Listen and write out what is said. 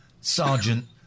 Sergeant